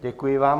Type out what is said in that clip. Děkuji vám.